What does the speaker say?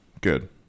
good